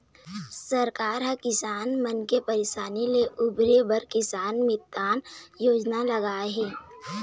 सरकार ह किसान मन के परसानी ले उबारे बर किसान मितान योजना लाए हे